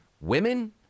women